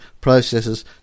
processes